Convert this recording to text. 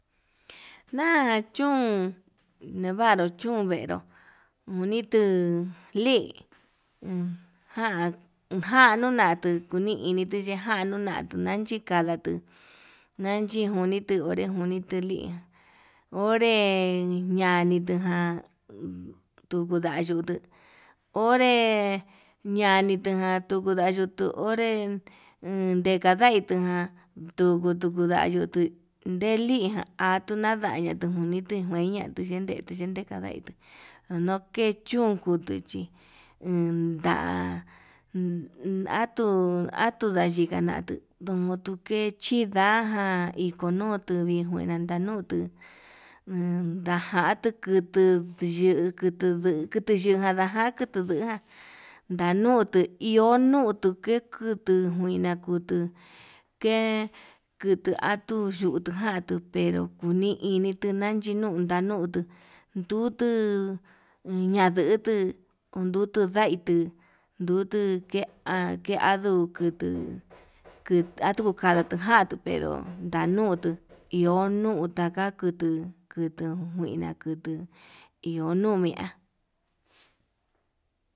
Nachún nevaru chún venró, unituu lii nijan jan nunatu tukuni ini jan tuu nunatu nanchikada aketuu nanjinitu, onre njuni nuu liján onre ñani tujan tuku nda yutuu onre ñanitujan ndayutu onré dekadai ta, tuku tuku ndayutu unde lii jan ha tunadaya tunjoni nde njueña nideye nideye ndekandai, okechún tukuchi endaa atu atu nayikana tuu tunu tukechí hidajan ikonutu vijuina tandutu, endajatu kutuu yuu kutu kutuyu jandaja kutuduján ndanutu iho nutuu ke kutu njuina kutu ke kutu atuyutu ján, tu pero kuni ini tuna'a nachi nuu nanun nduu dnutu ñandutu undutu ndaitu, ndutu ke kadutu ndutu atuu kadatu ján tuu pero ndanutu iho nuu taka kutuu, kutu njuina kutu iho nuu iha.